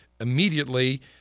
immediately